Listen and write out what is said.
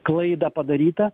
klaidą padarytą